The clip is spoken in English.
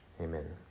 Amen